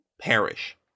perish